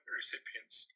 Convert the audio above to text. recipients